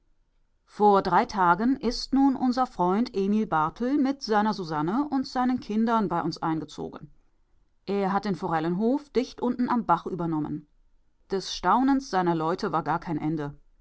vor drei tagen ist nun unser freund emil barthel mit seiner susanne und seinen kindern bei uns eingezogen er hat den forellenhof dicht unten am bach übernommen des staunens seiner leute war gar kein ende